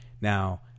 Now